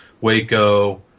Waco